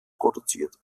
produziert